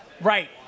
Right